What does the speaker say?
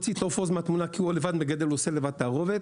בוא נוציא את "עוף עוז" מהתמונה כי הוא מגדל ועושה לבד את התערובת